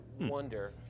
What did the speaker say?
wonder